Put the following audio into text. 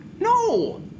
No